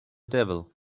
devil